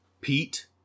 pete